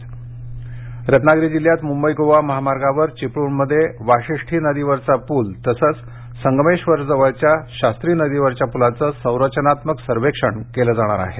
रत्नागिरी रत्नागिरी जिल्ह्यात मुंबई गोवा महामार्गावर चिपळूणमध्ये वाशिष्ठी नदीवरचा पूल तसंच संगमेश्वरजवळच्या शास्त्री नदीवरच्या पुलाचं संरचनात्मक सर्वेक्षण केलं जाणार आहे